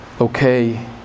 okay